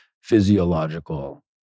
physiological